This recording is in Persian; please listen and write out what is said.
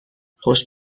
خوش